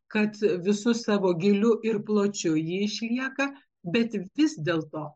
kad visu savo gyliu ir pločiu ji išlieka bet vis dėlto